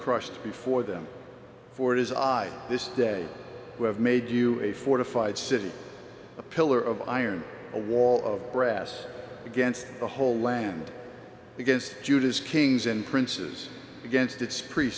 crushed before them for it is i this day who have made you a fortified city a pillar of iron a wall of brass against the whole land against judas kings and princes against its pr